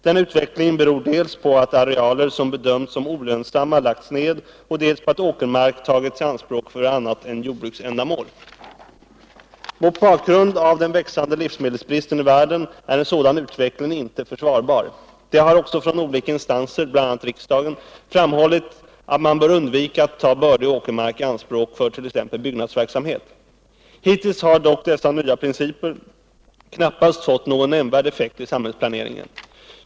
Denna utveckling beror dels på att arealer som bedömts som olönsamma lagts ned, dels på att åkermark tagits i anspråk för annat än jordbruksändamål. Mot bakgrund av den växande livsmedelsbristen i världen är en sådan utveckling inte försvarbar. Det har också från olika instanser, bl.a. riksdagen, framhållits att man bör undvika att ta bördig åkermark i anspråk för t.ex. bebyggelse. Hittills har dock dessa nya principer knappast fått någon nämnvärd effekt i samhällsplaneringen.